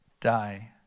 Die